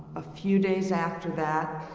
a few days after that